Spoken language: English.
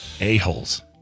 A-holes